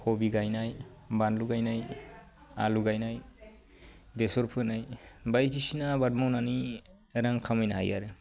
क'बि गायनाय बानलु गायनाय आलु गायनाय बेसर फोनाय बायदिसिना आबाद मावनानै रां खामायनो हायो आरो